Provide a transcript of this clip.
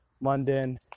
London